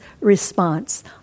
response